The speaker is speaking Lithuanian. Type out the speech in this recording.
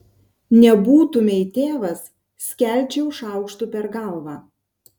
nebūtumei tėvas skelčiau šaukštu per galvą